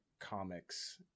comics